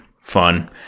fun